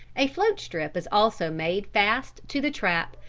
a float strip is also made fast to the trap,